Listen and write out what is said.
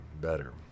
better